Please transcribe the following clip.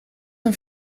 een